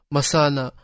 Masana